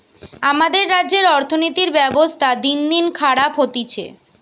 আমাদের রাজ্যের অর্থনীতির ব্যবস্থা দিনদিন খারাপ হতিছে